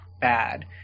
bad